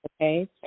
okay